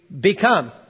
become